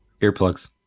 Earplugs